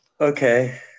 Okay